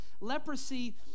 leprosy